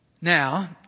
Now